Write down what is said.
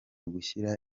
gushyira